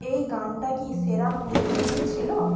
এই গানটা কি সেরা কুড়ির মধ্যে ছিল